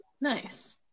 nice